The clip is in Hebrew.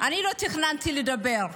אני לא תכננתי לדבר,